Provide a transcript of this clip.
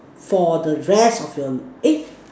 for the rest of your eh